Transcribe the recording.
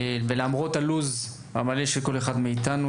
ולמרות הלו"ז המלא של כל אחד מאיתנו.